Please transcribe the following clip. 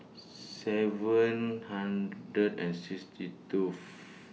seven hundred and sixty two